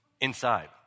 inside